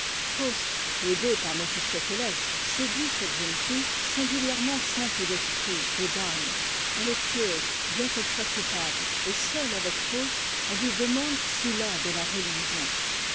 faust aidé par méphistophétès séduit cette jeune fille singulièrement simple d'esprit et d'âme elle est pieuse bien qu'elle soit coupable et seule avec faust elle lui demande s'il a de la religion